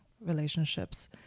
relationships